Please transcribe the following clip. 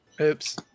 Oops